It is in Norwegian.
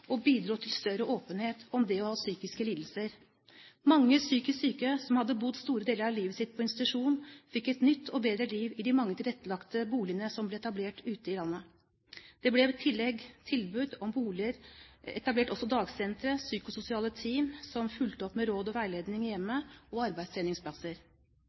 og bidro til større åpenhet om det å ha psykiske lidelser. Mange psykisk syke, som hadde bodd store deler av livet sitt på institusjon, fikk et nytt og bedre liv i de mange tilrettelagte boligene som ble etablert ute i landet. Det ble i tillegg til tilbud om boliger etablert dagsentre, psykososiale team som fulgte opp med råd og veiledning i hjemmet og arbeidstreningsplasser.